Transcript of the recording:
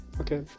okay